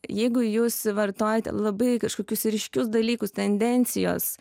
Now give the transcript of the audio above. jeigu jūs suvartojate labai kažkokius ryškius dalykus tendencijos